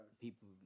People